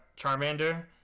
Charmander